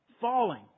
falling